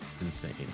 insane